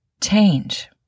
change